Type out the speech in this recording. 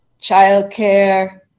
childcare